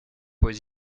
aux